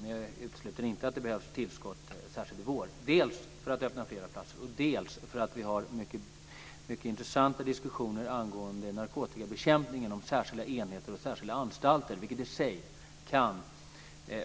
Men jag utesluter inte att det behövs tillskott särskilt i vår, dels för att öppna flera platser och dels för att vi har mycket intressanta diskussioner angående narkotikabekämpningen inom särskilda enheter och särskilda anstalter, vilket i sig kan